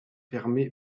fermée